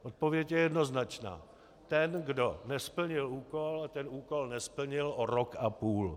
Odpověď je jednoznačná: Ten, kdo nesplnil úkol a ten úkol nesplnil o rok a půl.